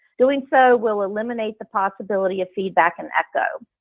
doing so will eliminate the possibility of feedback and echo.